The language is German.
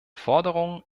forderungen